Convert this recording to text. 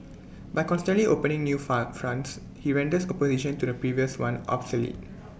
by constantly opening new fun fronts he renders opposition to the previous one obsolete